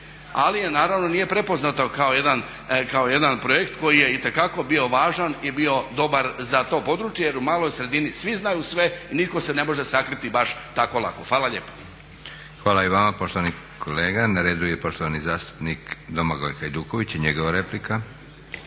ali naravno nije prepoznato kao jedan projekt koji je itekako bio važan i bio dobar za to područje jer u maloj sredini svi znaju sve, nitko se ne može sakriti baš tako lako. Hvala lijepo. **Leko, Josip (SDP)** Hvala i vama poštovani kolega. Na redu je poštovani zastupnik Domagoj Hajduković i njegova replika.